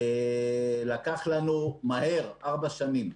לקח לנו מהר, ארבע שנים.